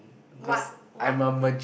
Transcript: what what thing